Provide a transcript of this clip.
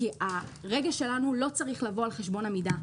כי הרגש שלנו לא צריך לבוא על חשבון המידה.